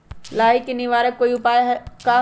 लाही के निवारक उपाय का होई?